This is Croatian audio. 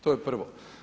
To je prvo.